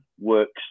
Works